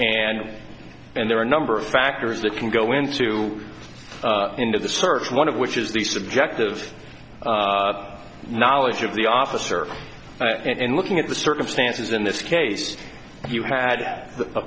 and and there are a number of factors that can go into into the search one of which is the subject of knowledge of the officer and looking at the circumstances in this case you had a